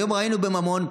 היום ראינו ב"ממון"